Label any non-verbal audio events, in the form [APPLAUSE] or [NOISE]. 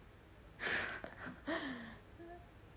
[LAUGHS]